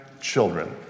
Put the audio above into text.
children